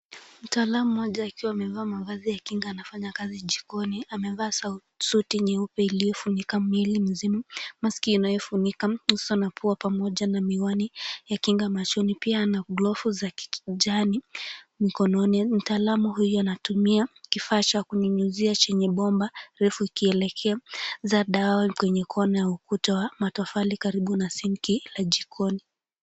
Mtaalamu mmoja akiwa amevaa mavazi ya kinga anafanya kazi jikoni. Amevaa suti nyeupe iliyofunika mwili mzima, maski inayofunika uso na pua pamoja na miwani ya kinga machoni. Pia ana glovu za kijani mkononi. Mtaalamu huyu anatumia kifaa cha kunyunyizia chenye bomba refu ikielekeza dawa kwenye kona ya ukuta wa matofali karibu na sinki la jikoni.